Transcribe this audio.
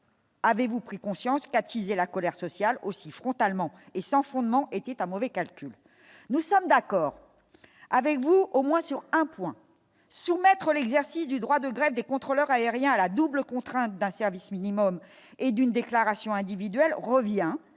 Avez-vous pris conscience qu'attiser la colère sociale aussi frontalement et sans fondement, était un mauvais calcul, nous sommes d'accord avec vous, au moins sur un point : soumettre l'exercice du droit de grève des contrôleurs aériens à la double contrainte d'un service minimum et d'une déclaration individuelle revient